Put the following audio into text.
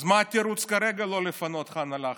אז מה התירוץ כרגע לא לפנות את ח'אן אל-אחמר?